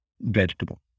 vegetable